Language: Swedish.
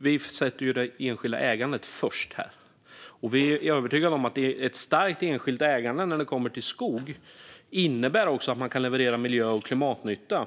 Vi sätter det enskilda ägandet först och är övertygade om att ett starkt enskilt ägande när det kommer till skog också innebär att man kan leverera miljö och klimatnytta.